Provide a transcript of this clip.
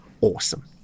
awesome